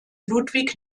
ludwig